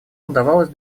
удавалось